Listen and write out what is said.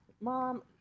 mom